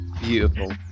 Beautiful